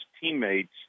teammates